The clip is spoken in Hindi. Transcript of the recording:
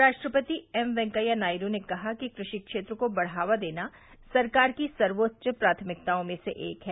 उपराष्ट्रपति एम वैंकैया नायडू ने कहा कि कृषि क्षेत्र को बढ़ावा देना सरकार की सर्वोच्च प्राथमिकताओं में से एक है